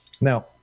Now